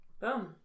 boom